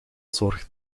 zorg